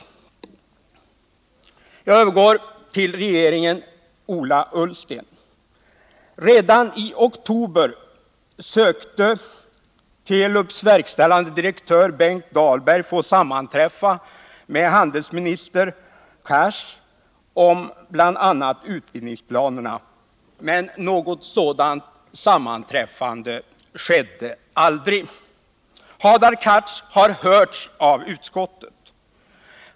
Jag övergår till regeringen Ola Ullsten. Redan i oktober sökte Telubs verkställande direktör Benkt Dahlberg få sammanträffa med handelsminister Cars om bl.a. utbildningsplanerna; men något sådant sammanträffande skedde aldrig. Hadar Cars har hörts av utskottet.